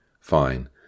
Fine